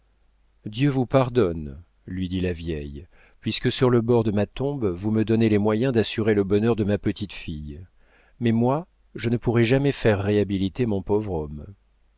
dieu vous pardonne lui dit la vieille puisque sur le bord de ma tombe vous me donnez les moyens d'assurer le bonheur de ma petite-fille mais moi je ne pourrai jamais faire réhabiliter mon pauvre homme